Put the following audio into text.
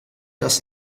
das